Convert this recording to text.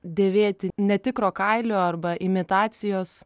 dėvėti netikro kailio arba imitacijos